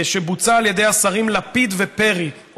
שבוצעה על ידי השרים לפיד ופרי,